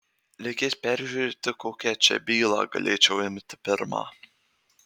reikės peržiūrėti kokią čia bylą galėčiau imti pirmą